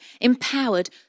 empowered